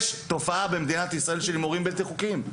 יש תופעה במדינת ישראל של הימורים לא חוקיים.